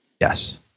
Yes